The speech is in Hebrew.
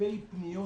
באלפי פניות